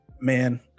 man